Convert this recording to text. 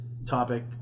topic